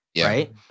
right